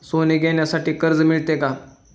सोने घेण्यासाठी कर्ज मिळते का?